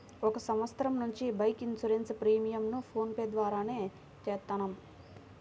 ఒక సంవత్సరం నుంచి బైక్ ఇన్సూరెన్స్ ప్రీమియంను ఫోన్ పే ద్వారానే చేత్తన్నాం